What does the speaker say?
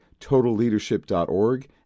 totalleadership.org